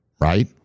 Right